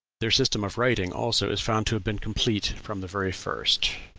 their system of writing, also, is found to have been complete from the very first.